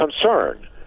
concern